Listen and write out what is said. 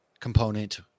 component